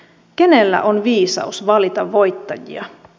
kenellä on viisaus valita voittajia